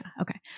Okay